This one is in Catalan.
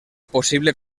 possible